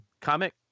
comic